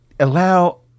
Allow